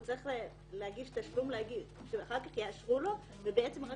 הוא צריך להגיש תשלום ולהגיד שאחר כך יאשרו לו,